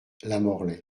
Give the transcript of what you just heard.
lamorlaye